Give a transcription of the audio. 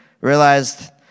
realized